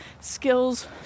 skills